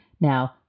Now